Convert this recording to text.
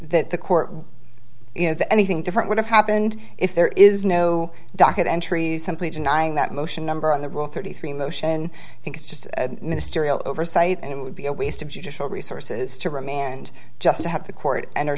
that the court you know that anything different would have happened if there is no docket entries simply denying that motion number on the rule thirty three motion i think it's just a ministerial oversight and it would be a waste of judicial resources to remand just to have the court